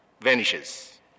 vanishes